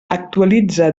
actualitza